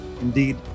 indeed